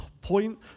point